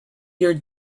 your